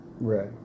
Right